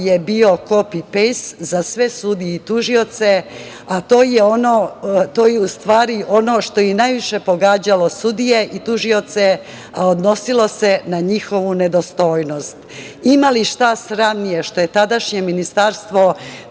je bio „kopi-pejst“ za sve sudije u tužioce, a to je u stvari ono što je i najviše pogađalo sudije i tužioce, a odnosilo se na njihovu nedostojnost. Ima li šta sramnije što je tadašnje Ministarstvo